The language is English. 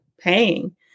paying